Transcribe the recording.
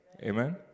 Amen